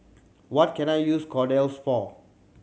what can I use Kordel's for